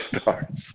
starts